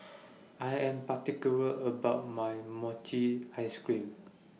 I Am particular about My Mochi Ice Cream